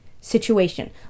situation